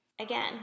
Again